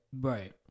Right